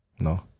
No